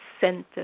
center